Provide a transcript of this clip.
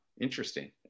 Interesting